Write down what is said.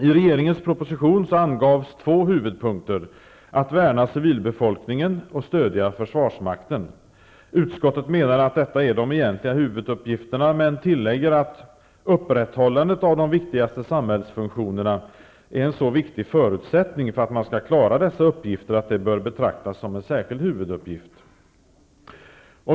I regeringens proposition angavs två huvudpunkter: att värna civilbefolkningen och att stödja försvarsmakten. Utskottet menar att det här är de egentliga huvuduppgifterna men tillägger att upprätthållandet av de viktigaste samhällsfunktionerna är en så viktig förutsättning för att man skall klara dessa uppgifter att det bör betraktas som en särskild huvuduppgift.